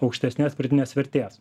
aukštesnės pridėtinės vertės